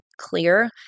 clear